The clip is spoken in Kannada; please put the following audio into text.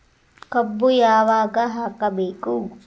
ಕಬ್ಬು ಯಾವಾಗ ಹಾಕಬೇಕು?